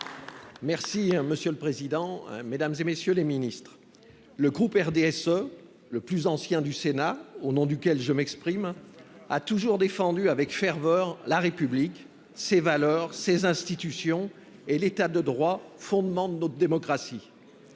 Monsieur le président, mesdames, messieurs les ministres, mes chers collègues, le groupe du RDSE, le plus ancien du Sénat et au nom duquel je m’exprime, a toujours défendu avec ferveur la République, ses valeurs, ses institutions et l’État de droit, fondement de notre démocratie.